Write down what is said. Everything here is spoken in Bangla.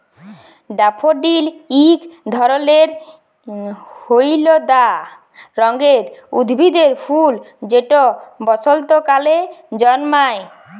ড্যাফোডিল ইক ধরলের হইলদা রঙের উদ্ভিদের ফুল যেট বসল্তকালে জল্মায়